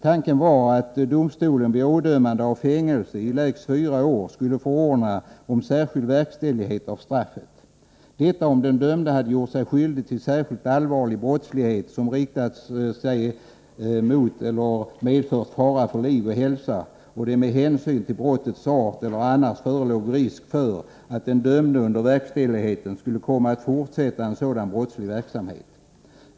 Tanken var att domstolen vid ådömande av fängelse i lägst fyra år skulle förordna om särskild verkställighet av straffet, om den dömde hade gjort sig skyldig till särskild allvarlig brottslighet, som riktat sig mot eller medfört fara för liv eller hälsa, och det med hänsyn till brottets art eller annars förelåg risk för att den dömde under verkställigheten skulle komma att fortsätta en sådan brottslig verksamhet.